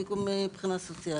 מיקום מבחינה סוציאלית.